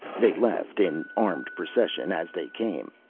they left, in armed procession, as they came,